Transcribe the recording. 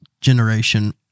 generation